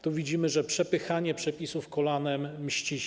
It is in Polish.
Tu widzimy, że przepychanie przepisów kolanem się mści.